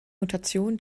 mutation